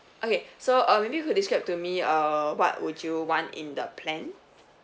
okay so uh maybe you could describe to me uh what would you want in the plan